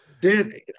Dude